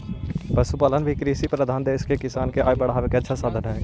पशुपालन भी कृषिप्रधान देश में किसान के आय बढ़ावे के अच्छा साधन हइ